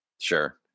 Sure